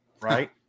right